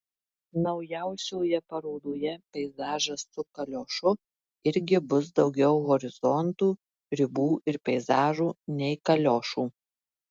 naujausioje parodoje peizažas su kaliošu irgi bus daugiau horizontų ribų ir peizažų nei kaliošų